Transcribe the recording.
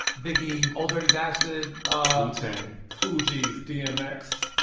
biggie, ol' dirty bastard. ah wu-tang, fugees, dmx,